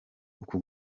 uku